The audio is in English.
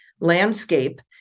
landscape